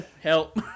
Help